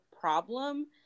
problem